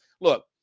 look